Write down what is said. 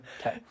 Okay